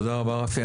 תודה רבה רפי.